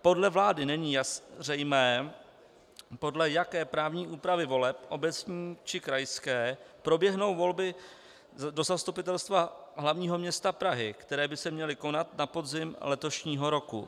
Podle vlády není zřejmé, podle jaké právní úpravy voleb obecní, či krajské proběhnou volby do Zastupitelstva hlavního města Prahy, které by se měly konat na podzim letošního roku.